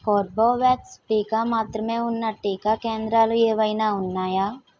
కార్బొవ్యాక్స్ టీకా మాత్రమే ఉన్న టీకా కేంద్రాలు ఏవైనా ఉన్నాయా